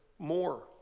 more